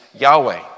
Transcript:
Yahweh